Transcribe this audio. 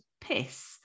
piss